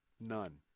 None